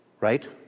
Right